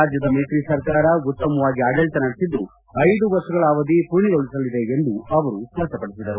ರಾಜ್ಯದ ಮೈತ್ರಿ ಸರ್ಕಾರ ಉತ್ತಮವಾಗಿ ಆಡಳಿತ ನಡೆಸಿದ್ದು ಐದು ವರ್ಷಗಳ ಅವಧಿ ಪೂರ್ಣಗೊಳಿಸಲಿದೆ ಎಂದು ಅವರು ಸ್ಪಷ್ಟಪಡಿಸಿದರು